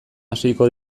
hasiko